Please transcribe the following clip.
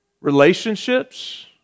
Relationships